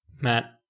Matt